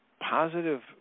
positive